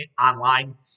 online